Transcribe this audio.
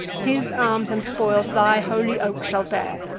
his arms and spoils thy holy oak shall bear.